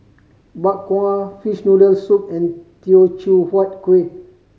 Bak Kwa fishball noodle soup and Teochew Huat Kueh